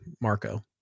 Marco